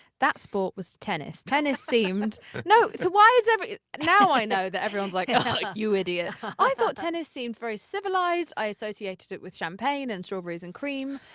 that sport was tennis. tennis seemed no, why is every now i know that everyone's like, you idiot. i thought tennis seemed very civilized, i associated it with champagne and strawberries and cream.